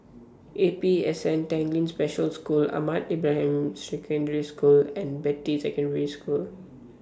A P S N Tanglin Special School Ahmad Ibrahim Ban Secondary School and Beatty Secondary School